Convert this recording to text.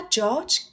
George